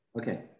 Okay